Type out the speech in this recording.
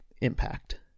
impact